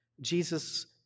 Jesus